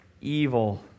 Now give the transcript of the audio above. evil